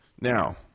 Now